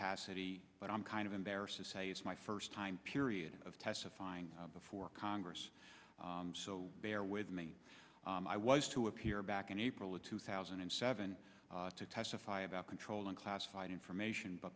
acity but i'm kind of embarrassed to say it's my first time period of testifying before congress so bear with me i was to appear back in april of two thousand and seven to testify about controlling classified information but